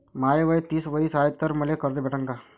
माय वय तीस वरीस हाय तर मले कर्ज भेटन का?